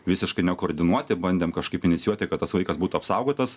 visiškai nekoordinuoti bandėm kažkaip inicijuoti kad tas vaikas būtų apsaugotas